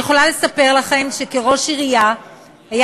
אני יכולה לספר לכם שכראש עירייה היה